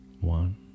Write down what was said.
One